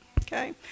Okay